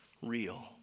Real